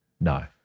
No